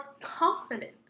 confident